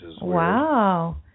Wow